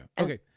Okay